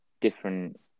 different